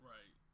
Right